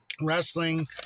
wrestling